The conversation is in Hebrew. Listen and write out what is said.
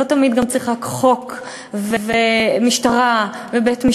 לא תמיד צריך רק חוק ומשטרה ובית-משפט.